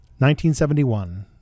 1971